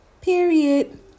Period